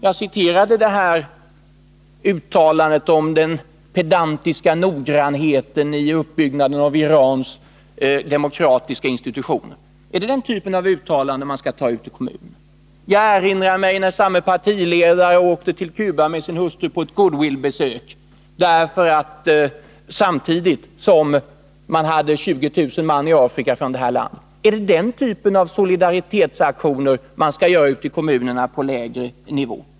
Jag citerade uttalandet om den pedantiska noggrannheten i uppbyggnaden av Irans demokratiska institutioner. Är det den typen av uttalande som man skall anta ute i kommunerna? Jag erinrar mig när samme partiledare med sin hustru åkte till Cuba på ett goodwillbesök samtidigt som Cuba hade många tusen man i Afrika. Är det den typen av solidaritetsaktioner som man skall göra ute i kommunerna?